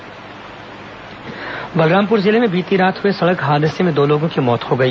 दुर्घटना बलरामपुर जिले में बीती रात हुए सड़क हादसे में दो लोगों की मौत हो गई